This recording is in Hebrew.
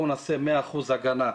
בואו נעשה 100% הגנה.